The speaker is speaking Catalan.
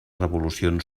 revolucions